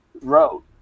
wrote